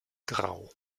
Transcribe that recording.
grau